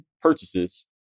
purchases